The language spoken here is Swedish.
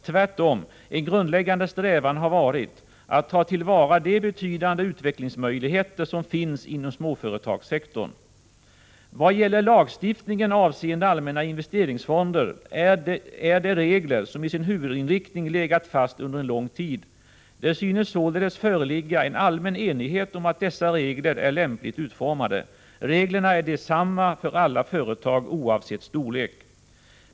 Tvärtom, en grundläggande strävan har varit att ta till vara de betydande utvecklingsmöjligheter som finns inom småföretagssektorn. Vad gäller lagstiftningen avseende allmänna investeringsfonder är det regler som i sin huvudinriktning legat fast under lång tid. Det synes således föreligga en allmän enighet om att dessa regler är lämpligt utformade. Reglerna är desamma för alla företag, oavsett storlek.